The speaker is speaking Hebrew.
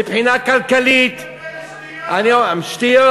מבחינה כלכלית, תפסיק עם השטויות שלך.